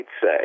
say